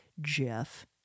Jeff